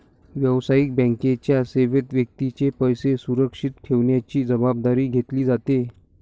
व्यावसायिक बँकेच्या सेवेत व्यक्तीचे पैसे सुरक्षित ठेवण्याची जबाबदारी घेतली जाते